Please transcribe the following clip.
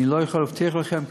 אני לא יכול להבטיח לכם,